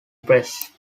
press